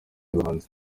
bahanzi